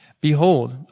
Behold